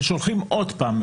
ושולחים עוד פעם.